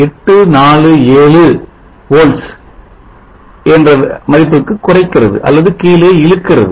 847 Volts க்கு குறைக்கிறது அல்லது கீழே இழுக்கிறது